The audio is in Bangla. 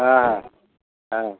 হ্যাঁ হ্যাঁ হ্যাঁ